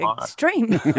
extreme